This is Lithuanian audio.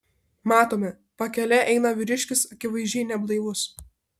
matome pakele eina vyriškis akivaizdžiai neblaivus